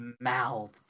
mouth